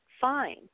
fine